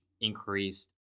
increased